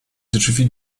drzwi